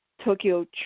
Tokyo